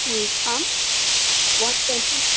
आम् one twenty